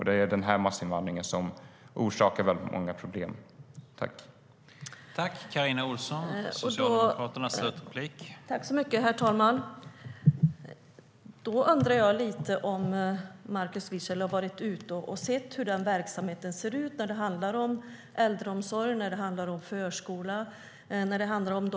Det är massinvandringen som orsakar väldigt många problem.